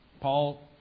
Paul